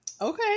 Okay